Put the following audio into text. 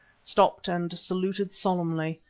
stopped and saluted solemnly,